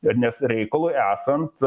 nes reikalui esant